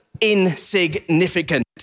insignificant